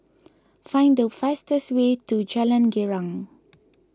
find the fastest way to Jalan Girang